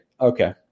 okay